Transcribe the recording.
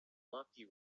lofty